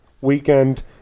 weekend